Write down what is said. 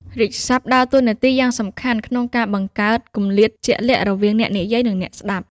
រាជសព្ទដើរតួនាទីយ៉ាងសំខាន់ក្នុងការបង្កើត គម្លាតជាក់លាក់រវាងអ្នកនិយាយ និងអ្នកស្ដាប់។